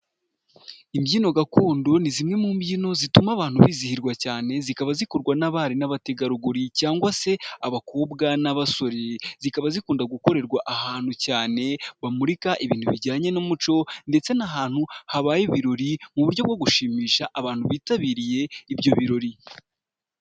Imbyino gakondo ni zimwe mu mbyino zituma abantu bizihirwa cyane zikaba zikorwa n'abari n'abategarugori, cyangwa se abakobwa n'abasore, zikaba zikunda gukorerwa ahantu cyane bamurika ibintu bijyanye n'umuco, ndetse n'ahantu habaye ibirori mu buryo bwo gushimisha abantu bitabiriye ibyo birori.